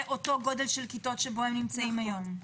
באותו גודל של כיתות שהם נמצאים היום?